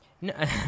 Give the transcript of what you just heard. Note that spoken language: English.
No